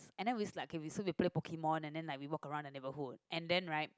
and then we like okay so we play pokemon and then like we walk around the neighborhood and then right